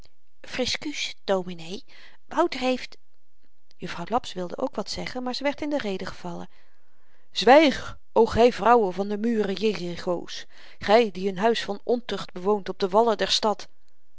friskuus dominee wouter heeft juffrouw laps wilde ook wat zeggen maar ze werd in de rede gevallen zwyg o gy vrouwe van de muren jericho's gy die n huis van ontucht bewoont op de wallen der stad